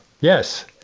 Yes